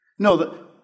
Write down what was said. No